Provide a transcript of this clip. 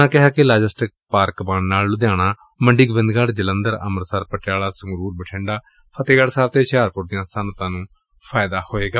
ਉਨ੍ਹਾਂ ਕਿਹਾ ਕਿ ਲਾਜੈਸਟਿਕ ਪਾਰਕ ਬਣਨ ਨਾਲ ਲੁਧਿਆਣਾ ਮੰਡੀ ਗੋਬਿੰਦਗੜ੍ਹ ਜਲੰਧਰ ਅੰਮ੍ਰਿਤਸਰ ਪਟਿਆਲਾ ਸੰਗਰੂਰ ਬਠਿੰਡਾ ਫਤਹਿਗੜ੍ਹ ਸਾਹਿਬ ਤੇ ਹੁਸ਼ਿਆਰਪੁਰ ਦੀਆ ਸੱਨਅਤਾ ਨੂੰ ਫਾਇਦਾ ਹੋਵੇਗਾ